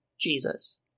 Jesus